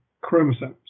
chromosomes